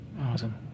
Awesome